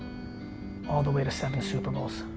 all the way to seven super bowls.